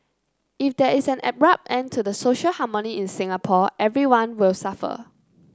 if there is an abrupt end to the social harmony in Singapore everyone will suffer